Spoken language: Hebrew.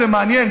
זה מעניין,